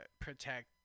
protect